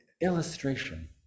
illustration